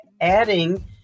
adding